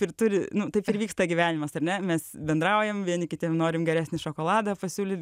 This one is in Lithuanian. ir turi nu taip ir vyksta gyvenimas ar ne mes bendraujam vieni kitiem norim geresnį šokoladą pasiūlyt